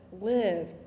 live